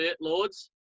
lords